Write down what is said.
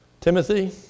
Timothy